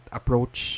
approach